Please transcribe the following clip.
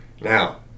Now